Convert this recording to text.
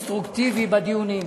קונסטרוקטיבי בדיונים,